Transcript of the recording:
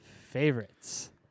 favorites